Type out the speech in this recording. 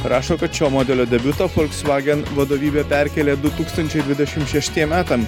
rašo kad šio modelio debiuto folskvagen vadovybė perkėlė du tūkstančiai dvidešimt šeštiem metam